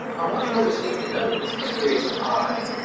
are much more distinctly known than this mysterious i,